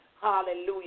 Hallelujah